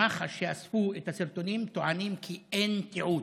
במח"ש, שאספו את הסרטונים, טוענים כי אין תיעוד.